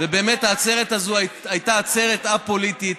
ובאמת העצרת הזאת הייתה עצרת א-פוליטית,